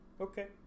Okay